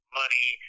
money